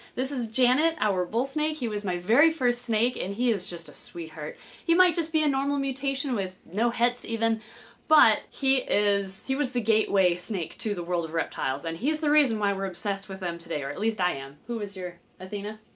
this is janet our bull snake he was my very first snake and he is just a sweetheart he might just be a normal mutation with no hets even but he is he was the gateway snake to the world of reptiles and he's the reason why we're obsessed with them today or at least i am who was your? athena?